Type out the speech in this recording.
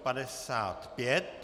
55.